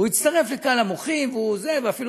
הוא הצטרף לקהל המוחים, ואפילו